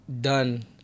done